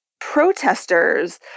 protesters